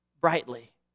brightly